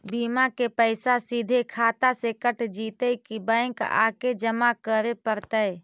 बिमा के पैसा सिधे खाता से कट जितै कि बैंक आके जमा करे पड़तै?